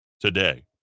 today